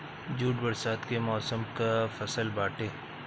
jute बरसात के मौसम कअ फसल बाटे